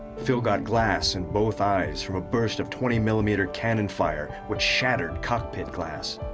phil got glass in both eyes from a burst of twenty millimeter cannon fire which shattered cockpit glass.